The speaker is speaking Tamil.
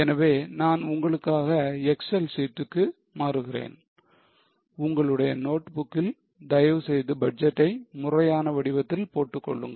எனவே நான் உங்களுக்காக excel sheet க்கு மாறுகிறேன் உங்களுடைய நோட்புக்கில் தயவு செய்து பட்ஜெட்டை முறையான வடிவத்தில் போட்டுக் கொள்ளுங்கள்